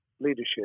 leadership